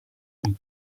ont